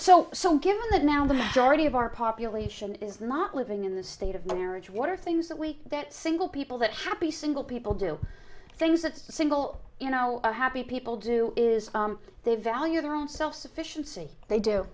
so so given that now the majority of our population is not living in the state of marriage what are things that we that single people that happy single people do things that single you know happy people do is they value their own self sufficiency they do